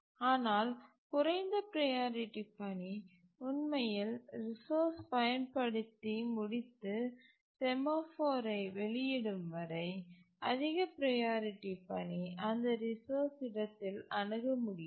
ஆனால் குறைந்த ப்ரையாரிட்டி பணி உண்மையில் ரிசோர்ஸ் பயன்படுத்தி முடித்து செமாஃபோரை வெளியிடும் வரை அதிக ப்ரையாரிட்டி பணி அந்த ரிசோர்ஸ் இடத்தில் அணுக முடியாது